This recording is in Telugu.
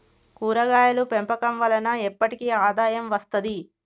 కూరగాయలు పెంపకం వలన ఎప్పటికి ఆదాయం వస్తది